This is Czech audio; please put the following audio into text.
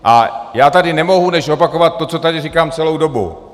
A já tady nemohu než opakovat to, co tady říkám celou dobu.